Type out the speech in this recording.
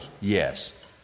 yes